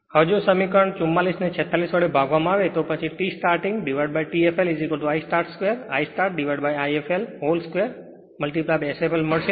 હવે જો સમીકરણ 44 ને 46 વડે ભાગવામાં આવે તો પછી T startingT flI start 2 I startI fl whole 2 Sfl મળશે